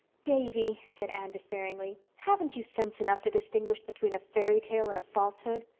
davy, said anne despairingly, haven't you sense enough to distinguish between a fairytale and a falsehood?